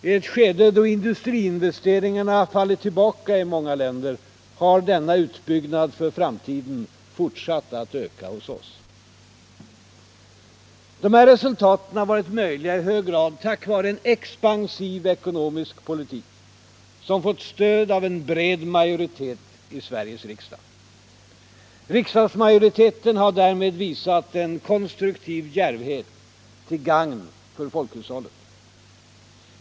I ett skede då industriinvesteringarna fallit tillbaka i många länder har denna utbyggnad för framtiden fortsatt att öka hos oss. Dessa resultat har varit möjliga i hög grad tack vare en expansiv ekonomisk politik som fått stöd av en bred majoritet i Sveriges riksdag. Riksdagsmajoriteten har därmed visat en konstruktiv djärvhet till gagn för folkhushållet.